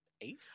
Ace